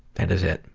that is it.